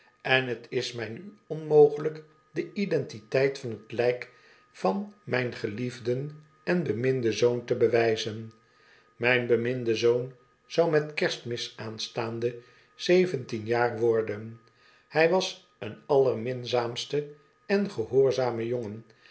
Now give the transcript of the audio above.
en t is mij nu onmogelijk de identiteit van t lijk van mijn geliefden en beminden zoon te bewijzen mijn beminde zoon zou met kerstmis aanstaande zeventien jaar worden hij was een allerminzaamste ongehoorzame jongen